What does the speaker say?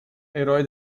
eroe